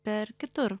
per kitur